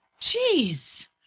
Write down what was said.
Jeez